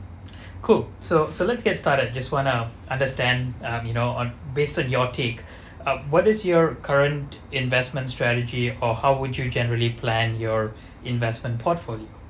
cool so so let's get started just wanna understand um you know on based on your trick um what is your current investment strategy or how would you generally plan your investment portfolio